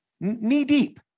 knee-deep